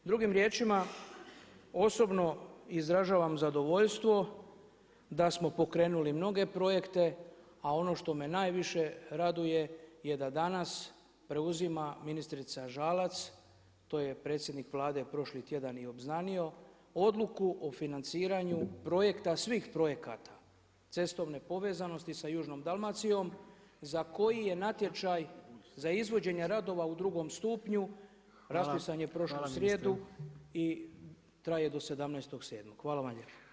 Drugim riječima, osobno izražavam zadovoljstvo da smo pokrenuli mnoge projekte a ono što me najviše raduje, je da danas preuzima ministrica Žalac, to je predsjednik Vlade prošli tjedan i obznanio, odluku o financiranju projekta svih projekata, cestovne povezanosti sa južnom Dalmacijom za koji je natječaj za izvođenje radova u drugom stupnju, raspisan je prošlu srijedu i traje do 17. 7. Hvala vam lijepo.